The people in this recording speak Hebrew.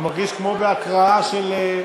אני מרגיש כמו בהקראה של,